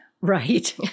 Right